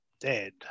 Dead